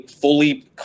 fully